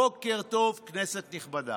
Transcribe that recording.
בוקר טוב, כנסת נכבדה.